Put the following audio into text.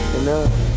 enough